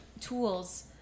tools